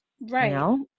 Right